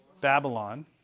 Babylon